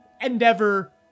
Endeavor